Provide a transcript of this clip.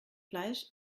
fleisch